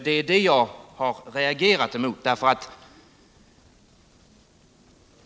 Det är det jag har reagerat emot.